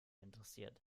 interessiert